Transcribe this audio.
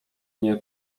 nie